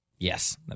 Yes